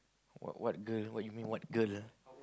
what what girl what you mean what girl